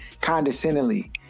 condescendingly